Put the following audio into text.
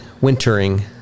Wintering